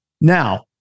Now